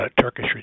Turkish